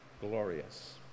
glorious